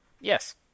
Yes